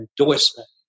endorsement